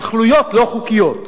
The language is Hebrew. ומהוות מכשול לשלום.